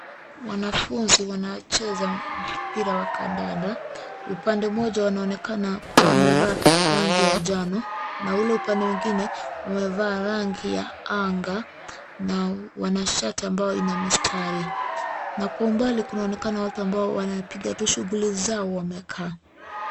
Wanafunzi wanacheza mpira wa kandanda, upande mmoja wanaonekana kuwa wamevaa ya rangi ya njano, na ule upande mwingine wamevaa rangi ya anga na wana shati ambayo ina mistari, na kuwa umbali kunaonekana watu ambao wanapiga tu shughuli zao wamekaa.